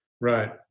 Right